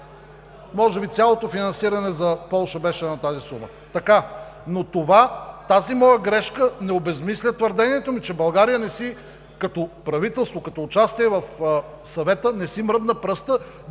Може би цялото финансиране за Полша беше на тази сума.